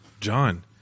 John